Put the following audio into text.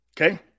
Okay